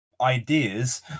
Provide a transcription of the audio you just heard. ideas